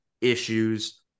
issues